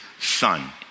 son